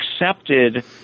accepted